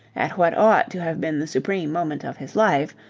at what ought to have been the supreme moment of his life,